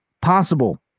possible